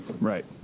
Right